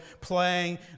playing